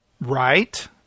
Right